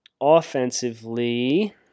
Offensively